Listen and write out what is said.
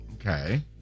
Okay